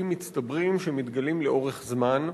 לנזקים מצטברים שמתגלים לאורך זמן,